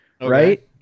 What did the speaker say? Right